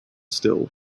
still